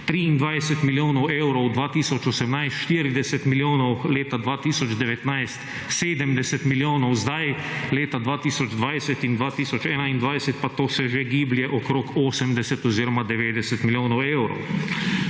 23 milijonov evrov, 2018 – 40 milijonov, leta 2019 – 70 milijonov, zdaj leta 2020 in 2021 pa to se že giblje okrog 80 oziroma 90 milijonov evrov.